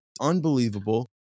unbelievable